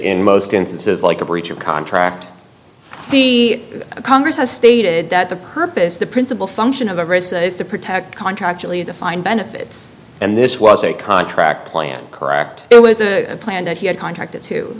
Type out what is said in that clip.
in most instances like a breach of contract the congress has stated that the purpose the principal function of is to protect contract defined benefits and this was a contract plan correct it was a plan that he had contracted to